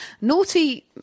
Naughty